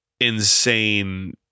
insane